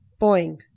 Boing